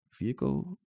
vehicle